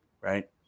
right